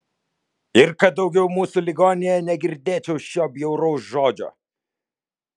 ir kad daugiau mūsų ligoninėje negirdėčiau šio bjauraus žodžio